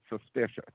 suspicious